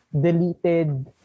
deleted